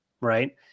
right